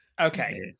okay